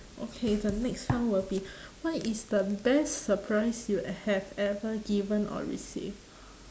okay the next one will be what is the best surprise you have ever given or received